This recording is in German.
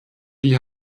die